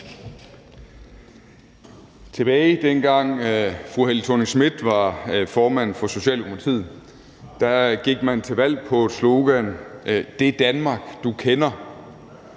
Tak. Da fru Helle Thorning-Schmidt var formand for Socialdemokratiet, gik man til valg på et slogan, der hed »Det Danmark du kender«.